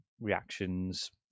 reactions